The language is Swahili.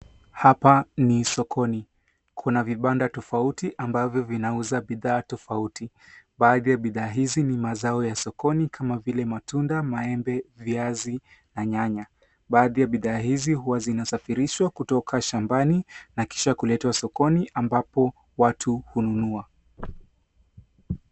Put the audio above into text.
Hapa ni sokoni, kuna vibanda tofauti ambavyo vinauza bidhaa tofauti, baadhi ya bidhaa hizi ni mazao ya sokoni kama vile matunda, maembe, viazi na nyanya. Baadhi ya bidhaa hizi huwa zinasafirishwa kutoka shambani na kisha kuletwa sokoni ambapo watu hununua.